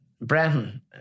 Brenton